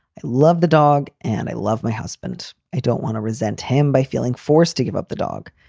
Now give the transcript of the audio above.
i love the dog and i love my husband. i don't want to resent him by feeling forced to give up the dog.